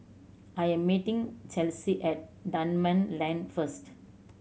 I am meeting Chelsi at Dunman Lane first